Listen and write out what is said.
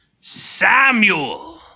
Samuel